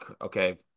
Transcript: okay